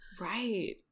Right